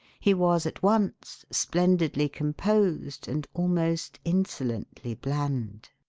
he was at once splendidly composed and almost insolently bland.